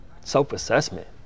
self-assessment